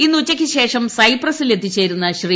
ഇന്ന് ഉച്ചയ്ക്ക് ശേഷം സൈപ്രസിൽ എത്തിച്ചേരുന്ന ശ്രീ